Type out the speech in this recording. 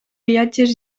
viatges